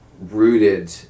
rooted